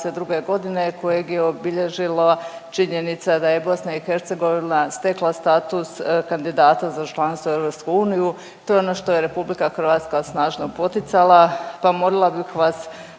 kraj 2022.g. kojeg je obilježila činjenica da je BiH stekla status kandidata za članstvo u EU. To je ono što je RH snažno poticala, pa molila bih vas